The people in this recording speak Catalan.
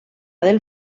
del